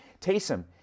Taysom